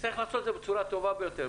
צריך לעשות את זה בצורה הטובה ביותר.